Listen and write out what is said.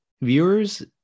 viewers